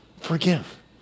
forgive